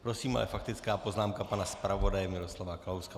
Prosím ale faktická poznámka pana zpravodaje Miroslava Kalouska.